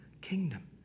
kingdom